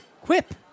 Quip